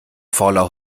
fauler